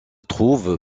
trouve